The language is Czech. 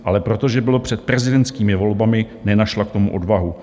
Ale protože bylo před prezidentskými volbami, nenašla k tomu odvahu.